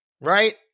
right